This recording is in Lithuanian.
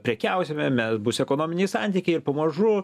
prekiausime mes bus ekonominiai santykiai ir pamažu